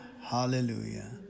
hallelujah